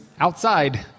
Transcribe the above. outside